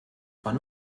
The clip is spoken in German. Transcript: wann